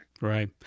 Right